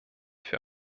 für